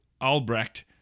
Albrecht